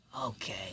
Okay